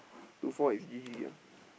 two four is G_G ah